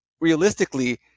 realistically